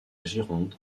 gironde